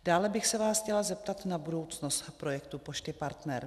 Dále bych se vás chtěla zeptat na budoucnost projektu Pošty Partner.